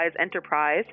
enterprise